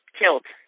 killed